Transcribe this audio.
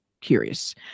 curious